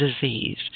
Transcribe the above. disease